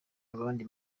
abandi